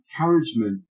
encouragement